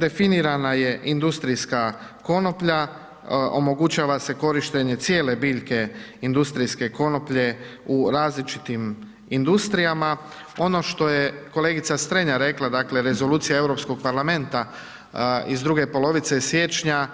Definirana je industrijska konoplja, omogućava se korištenje cijele biljke industrijske konoplje u različitim industrijama, ono što je kolegica Strenja rekla, dakle rezolucija Europskog parlamenta iz druge polovice siječnja